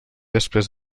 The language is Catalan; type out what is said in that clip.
després